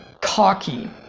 cocky